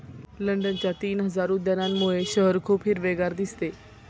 लंडनच्या तीन हजार उद्यानांमुळे शहर खूप हिरवेगार दिसते